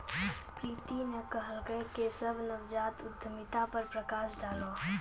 प्रीति न कहलकै केशव नवजात उद्यमिता पर प्रकाश डालौ